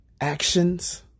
actions